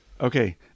Okay